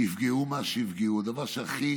יפגעו מה שיפגעו, הדבר שהכי